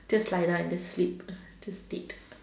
just lie down and sleep just dead